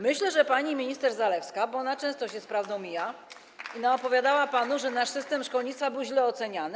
Myślę, że pani minister Zalewska, bo ona często z prawdą się mija i naopowiadała panu, że nasz system szkolnictwa był źle oceniany.